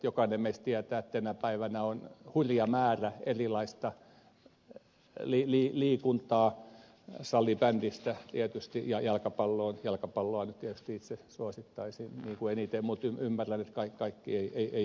jokainen meistä tietää että tänä päivänä on hurja määrä erilaista liikuntaa salibandysta lähtien ja jalkapalloa nyt itse tietysti suosittaisin eniten mutta ymmärrän että kaikki eivät tykkää siitäkään